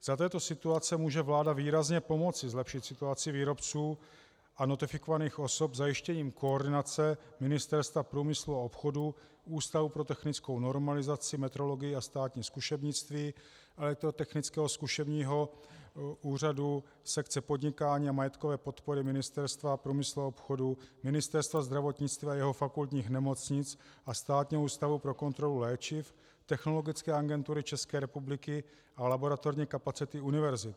Za této situace může vláda výrazně pomoci zlepšit situaci výrobců a notifikovaných osob zajištěním koordinace Ministerstva průmyslu a obchodu, Ústavu pro technickou normalizaci, metrologii a státní zkušebnictví, Elektrotechnického zkušebního úřadu, sekce podnikání a majetkové podpory Ministerstva průmyslu a obchodu, Ministerstva zdravotnictví a jeho fakultních nemocnic a Státního ústavu pro kontrolu léčiv, Technologické agentury České republiky a laboratorní kapacity univerzit.